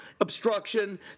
obstruction